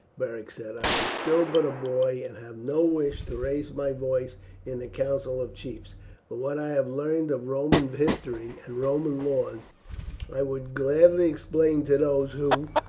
beric said. i am still but a boy, and have no wish to raise my voice in the council of chiefs but what i have learned of roman history and roman laws i would gladly explain to those who,